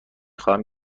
خواهم